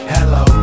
Hello